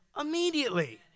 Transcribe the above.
immediately